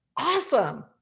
Awesome